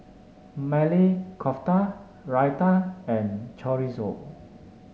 Maili Kofta Raita and Chorizo